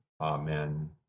Amen